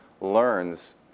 learns